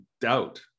doubt